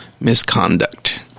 misconduct